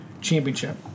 championship